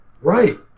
Right